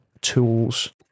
tools